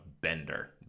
bender